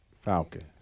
Falcons